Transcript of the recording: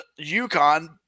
UConn